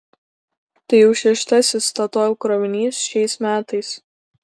tai jau šeštasis statoil krovinys šiais metais